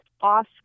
off